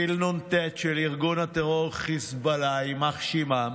טיל נ"ט של ארגון הטרור חיזבאללה, יימח שמם,